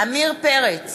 פרץ,